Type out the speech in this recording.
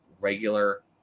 regular